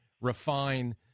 refine